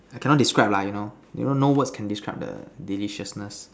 I cannot describe lah you know you know no word can describe the deliciousness